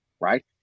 right